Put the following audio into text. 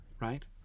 right